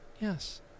Yes